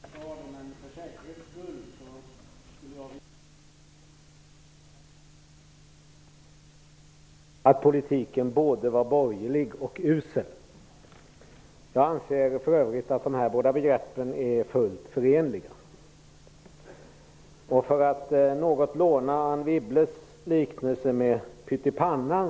Herr talman! Det var en stund sedan finansministern svarade, men jag skulle för säkerhets skull vilja föra till protokollet att det inte var jag som sade att politiken var både borgerlig och usel. Jag anser för övrigt att dessa båda begrepp är fullt förenliga. Jag skall något låna Anne Wibbles liknelse om pyttipanna.